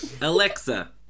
Alexa